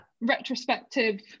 retrospective